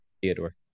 Theodore